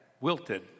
wilted